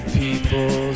people